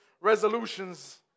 resolutions